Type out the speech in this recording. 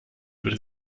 würde